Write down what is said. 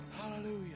Hallelujah